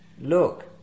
look